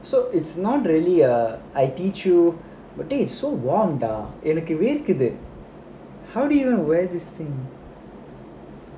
so it's not really a I teach you but this is so வேணாம்:venaam dah எனக்கு வேர்க்குது:enakku verkkuthu how do you not wear this thing